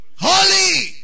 Holy